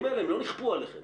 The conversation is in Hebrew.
הדברים האלה לא נכפו עליכם.